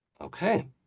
Okay